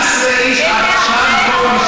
11 איש עד עכשיו,